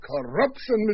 corruption